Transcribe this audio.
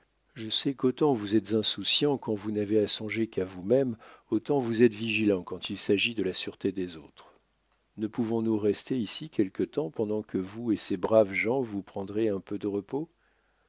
je sais qu'autant vous êtes insouciant quand vous n'avez à songer qu'à vous-même autant vous êtes vigilant quand il s'agit de la sûreté des autres ne pouvons-nous rester ici quelque temps pendant que vous et ces braves gens vous prendrez un peu de repos